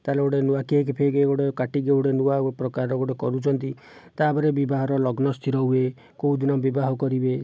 ତା'ହେଲେ ଗୋଟିଏ ନୂଆ କେକ ଫେକେ ଗୋଟିଏ କାଟିକି ଗୋଟିଏ ନୂଆ ପ୍ରକାରର ଗୋଟିଏ କରୁଛନ୍ତି ତା'ପରେ ବିବାହର ଲଗ୍ନ ସ୍ଥିର ହୁଏ କେଉଁ ଦିନ ବିବାହ କରିବେ